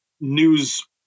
news